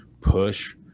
push